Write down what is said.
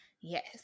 Yes